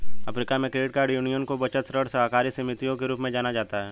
Africa में, credit यूनियनों को बचत, ऋण सहकारी समितियों के रूप में जाना जाता है